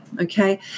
Okay